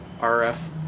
R-F